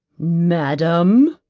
madam,